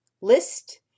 list